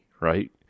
right